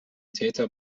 täter